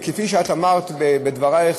וכפי שאמרת בדברייך,